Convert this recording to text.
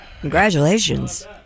Congratulations